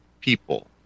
people